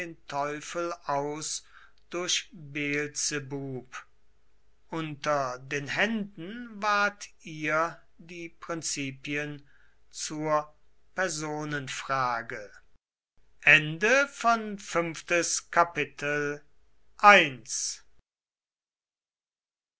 teufel aus durch beelzebub unter den händen ward ihr die prinzipien zur personenfrage